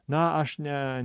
na aš ne